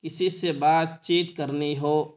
کسی سے بات چیت کرنی ہو